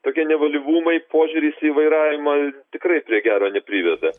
tokie nevalyvumai požiūris į vairavimą tikrai prie gero nepriveda